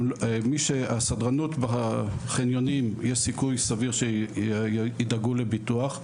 יש סיכוי סביר שהסדרנות בחניונים ידאגו לביטוח.